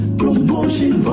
promotion